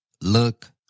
look